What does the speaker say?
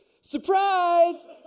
surprise